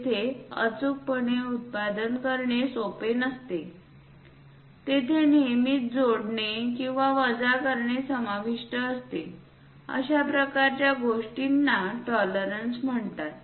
येथे अचूकपणे उत्पादन करणे सोपे नसते तेथे नेहमीच जोडणे किंवा वजा करणे समाविष्ट असते अशा प्रकारच्या गोष्टींना टॉलरन्स म्हणतात